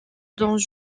dans